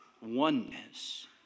oneness